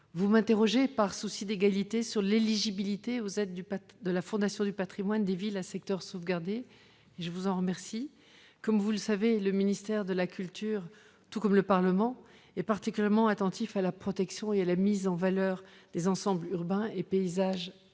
vous m'interrogez sur l'éligibilité aux aides de la Fondation du patrimoine des villes à secteur sauvegardé. Comme vous le savez, le ministère de la culture, tout comme le Parlement, est particulièrement attentif à la protection et à la mise en valeur des ensembles urbains et paysagers